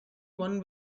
one